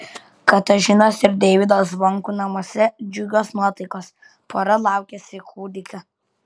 katažinos ir deivydo zvonkų namuose džiugios nuotaikos pora laukiasi kūdikio